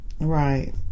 Right